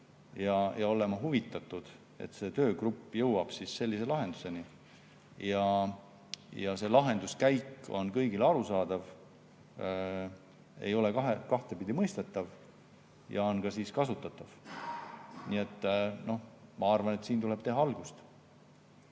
ja olema huvitatud, et see töögrupp jõuaks lahenduseni ja see lahenduskäik oleks kõigile arusaadav, ei oleks kahtepidi mõistetav ja oleks ka kasutatav. Ma arvan, et tuleb teha algust.